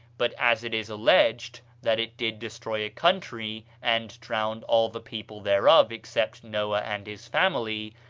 but as it is alleged that it did destroy a country, and drowned all the people thereof except noah and his family,